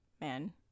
man